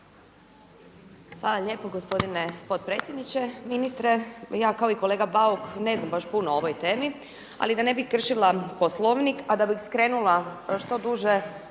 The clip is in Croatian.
Hvala lijepo gospodine potpredsjedniče, ministre. Pa ja kao i kolega Bauk ne znam baš puno o ovoj temi, ali da ne bih kršila Poslovnik a da bih skrenula što duže